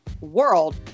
world